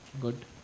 Good